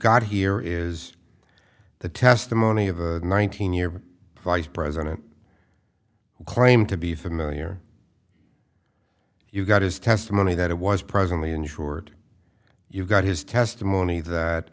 got here is the testimony of a nineteen year vice president who claimed to be familiar you got his testimony that it was presently insured you've got his testimony that